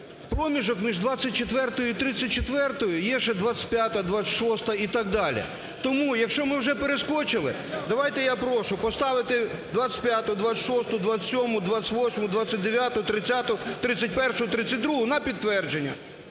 проміжку між 24-ю і 34-ю є ще 25-а, 26-а і так далі. Тому, якщо ми вже перескочили, давайте, я прошу поставити 25-у, 26-у, 27-у, 28-у, 29-у, 30-у, 31-у, 32-у на підтвердження.